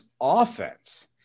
offense